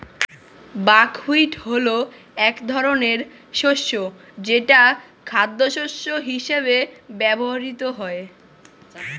buckwheat হলো এক ধরনের শস্য যেটা খাদ্যশস্য হিসেবে ব্যবহৃত হয়